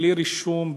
בלי רישום,